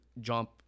jump